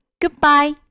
Goodbye